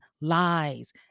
lies